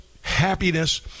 happiness